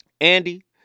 Andy